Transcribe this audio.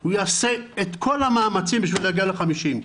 והוא יעשה את כל המאמצים בשביל להגיע ל-50%.